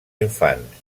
infants